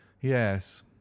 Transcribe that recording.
yes